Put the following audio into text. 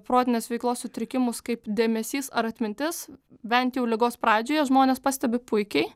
protinės veiklos sutrikimus kaip dėmesys ar atmintis bent jau ligos pradžioje žmonės pastebi puikiai